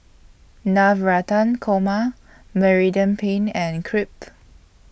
Navratan Korma Penne and Crepe